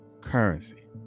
currency